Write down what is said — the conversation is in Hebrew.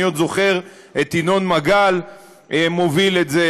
אני זוכר את ינון מגל מוביל את זה,